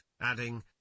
adding